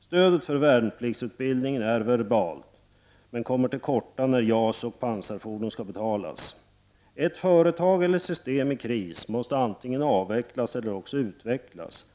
Stödet för värnpliktsutbildningen är verbalt men kommer till korta när JAS och pansarfordon skall betalas. Ett företag eller system i kris måste antingen avvecklas eller också utvecklas.